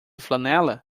flanela